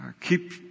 Keep